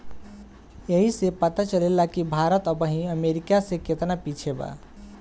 ऐइसे पता चलेला कि भारत अबही अमेरीका से केतना पिछे बा